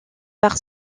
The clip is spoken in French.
par